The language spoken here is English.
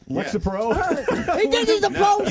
Lexapro